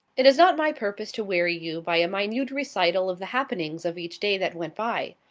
it is not my purpose to weary you by a minute recital of the happenings of each day that went by.